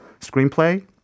screenplay